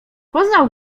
poznał